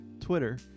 Twitter